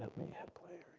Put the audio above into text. me hit play